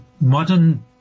modern